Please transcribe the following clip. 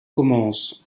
commence